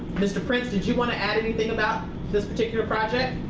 mr. prince, did you want to add anything about this particular project?